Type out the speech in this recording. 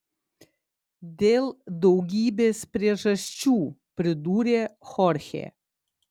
dėl daugybės priežasčių pridūrė chorchė